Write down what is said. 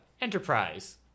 Enterprise